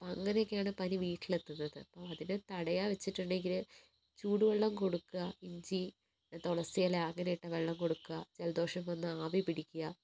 അപ്പോൾ അങ്ങനെയൊക്കെയാണ് പനി വീട്ടിലെത്തുന്നത് അതിനെ തടയുകാണ് വെച്ചിട്ടുണ്ടെങ്കില് ചൂടുവെള്ളം കൊടുക്കുക ഇഞ്ചി തുളസിയില അങ്ങനെയിട്ട വെള്ളം കൊടുക്കുക ജലദോഷം വന്നാൽ ആവി പിടിക്കുക